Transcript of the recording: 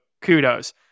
kudos